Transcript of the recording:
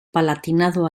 palatinado